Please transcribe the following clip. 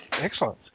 Excellent